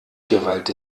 gewalt